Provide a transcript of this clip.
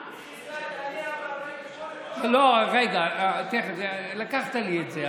לא, רגע, לקחת לי את זה.